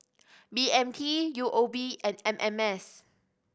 B M T U O B and M M S